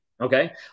Okay